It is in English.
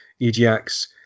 EGX